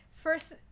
First